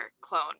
clone